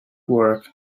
work